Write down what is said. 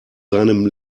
seinem